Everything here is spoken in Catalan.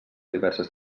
diverses